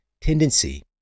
tendency